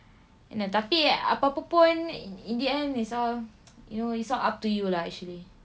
and like tapi apa-apa pun in the end it's all you know it's all up to you lah actually